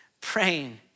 praying